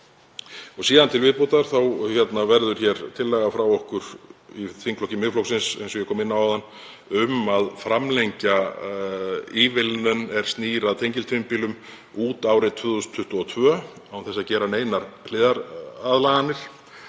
Síðan til viðbótar verður hér tillaga frá okkur í þingflokki Miðflokksins, eins og ég kom inn á áðan, um að framlengja ívilnun tengiltvinnbíla út árið 2022 án þess að gera neinar hliðaraðlaganir.